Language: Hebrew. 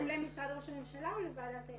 משרד ראש הממשלה, או לוועדת האתיקה?